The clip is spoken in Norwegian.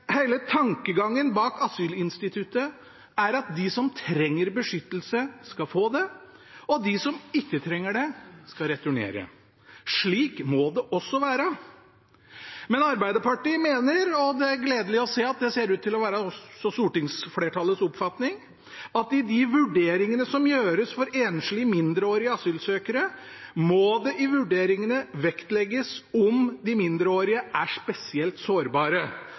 tankegangen bak asylinstituttet er at de som trenger beskyttelse, skal få det, og de som ikke trenger det, skal returnere. Sånn må det også være. Men Arbeiderpartiet mener – og det er gledelig å se at det også ser ut til å være stortingsflertallets oppfatning – at i de vurderingene som gjøres for enslige mindreårige asylsøkere, må det vektlegges om de mindreårige er spesielt sårbare,